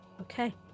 Okay